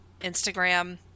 instagram